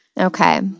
Okay